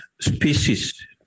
species